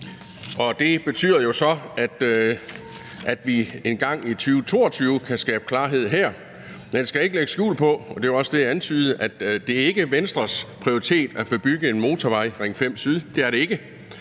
det betyder jo så, at vi engang i 2022 kan skabe klarhed her. Men jeg skal ikke lægge skjul på – og det var også det, jeg antydede – at det ikke er Venstres prioritet at få bygget en motorvej; Ring 5-Syd. Det er det ikke.